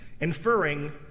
inferring